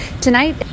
Tonight